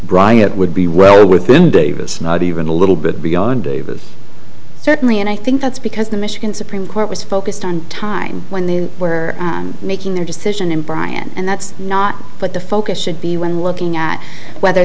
bryant would be well within davis not even a little bit beyond david certainly and i think that's because the michigan supreme court was focused on time when they were making their decision in brian and that's not what the focus should be when we're looking at whether